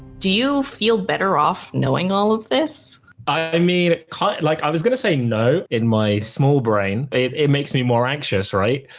do you feel better off knowing all of this? i mean, kind, like i was gonna say no. in my small brain, it makes me more anxious, right?